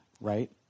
right